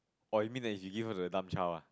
or you mean that you give us a dumb child ah